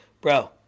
Bro